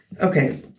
Okay